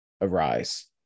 arise